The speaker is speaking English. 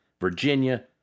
Virginia